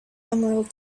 emerald